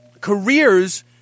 careers